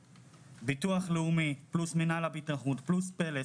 ביטוח לאומי פלוס מינהל הבטיחות פלוס פלס